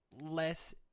less